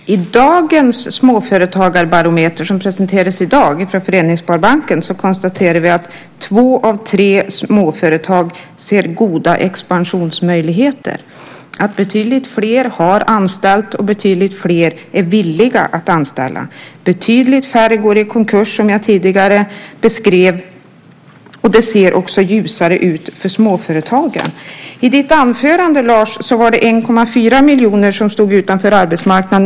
Herr talman! I den småföretagarbarometer som presenterades i dag från Föreningssparbanken konstaterar vi att två av tre småföretag ser goda expansionsmöjligheter, att betydligt fler har anställt och betydligt fler är villiga att anställa. Betydligt färre går i konkurs, som jag tidigare beskrev. Det ser också ljusare ut för småföretagen. I ditt anförande, Lars, var det 1,4 miljoner som stod utanför arbetsmarknaden.